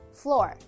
floor